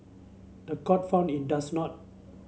the court found in does not